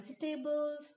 vegetables